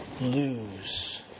Lose